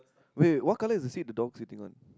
wait what colour is the seat the dog sitting one